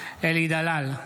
אלי דלל,